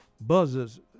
Buzzers